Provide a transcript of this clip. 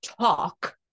Talk